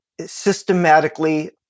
Systematically